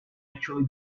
actually